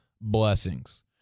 Blessings